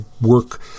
work